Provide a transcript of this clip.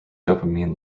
dopamine